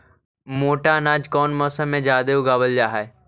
मोटा अनाज कौन मौसम में जादे उगावल जा हई?